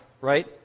right